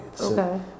Okay